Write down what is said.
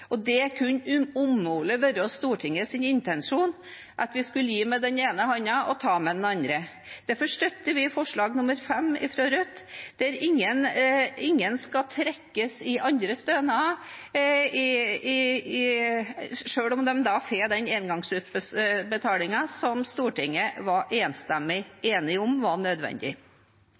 Det kan umulig ha vært Stortingets intensjon at vi skulle gi med den ene hånden og ta med den andre. Derfor støtter vi forslag nr. 5, fra Rødt, om at ingen skal trekkes i andre stønader selv om de får den engangsutbetalingen som Stortinget var enstemmig enig om var nødvendig.